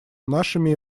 нашими